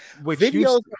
Videos